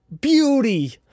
beauty